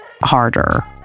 harder